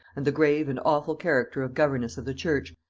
and the grave and awful character of governess of the church,